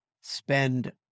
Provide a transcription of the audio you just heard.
spend